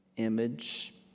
image